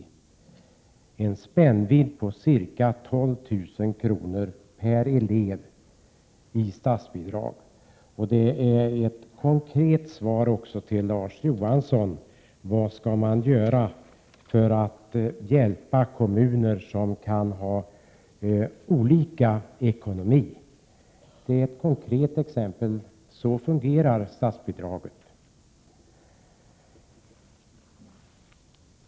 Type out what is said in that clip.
Det är en spännvidd på ca 12 000 kr. per elev i statsbidrag. Detta är också ett konkret svar till Larz Johansson på frågan vad man kan göra för att hjälpa kommuner som kan ha olika ekonomi. Det är ett konkret exempel — så fungerar statsbidraget.